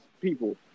people